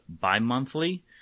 bi-monthly